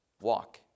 walk